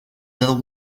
the